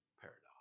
paradox